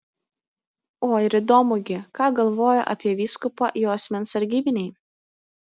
oi ir įdomu gi ką galvoja apie vyskupą jo asmens sargybiniai